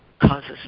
causes